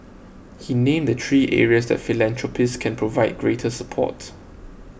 he named the three areas that philanthropists can provide greater support